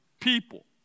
people